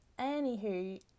Anywho